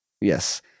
Yes